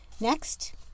Next